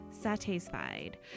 Satisfied